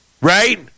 right